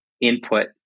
input